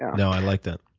no, i like that.